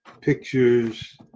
pictures